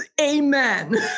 amen